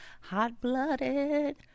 hot-blooded